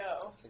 go